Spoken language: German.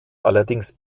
allerdings